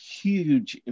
huge